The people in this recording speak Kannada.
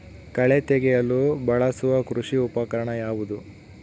ಕಳೆ ತೆಗೆಯಲು ಬಳಸುವ ಕೃಷಿ ಉಪಕರಣ ಯಾವುದು?